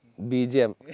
BGM